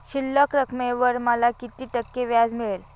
शिल्लक रकमेवर मला किती टक्के व्याज मिळेल?